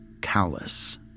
Callous